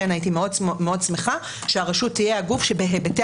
כי הייתי מאוד שמחה שהרשות תהיה הגוף שבהיבטי